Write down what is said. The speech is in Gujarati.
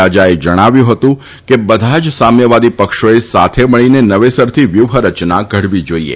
રાજાએ જણાવ્યું હતું કે બધા જ સામ્યવાદી પક્ષોએ સાથે મળીને નવેસરથી વ્યૂહરચના ઘડવી જાઈએ